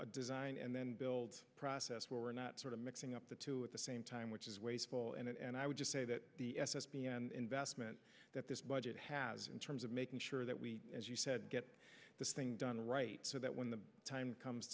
a design and then build process where we're not sort of mixing up the two at the same time which is wasteful and i would just say that the investment that this budget has in terms of making sure that we as you said get this thing done right so that when the time comes